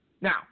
now